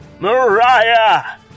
Mariah